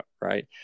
right